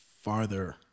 farther